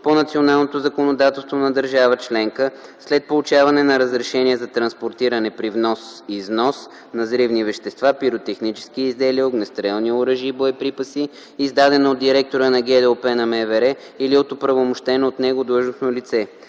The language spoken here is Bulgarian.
по националното законодателство на държава членка, след получаване на разрешение за транспортиране при внос/износ на взривни вещества, пиротехнически изделия, огнестрелни оръжия и боеприпаси, издадено от директора на ГДОП на МВР или от оправомощено от него длъжностно лице.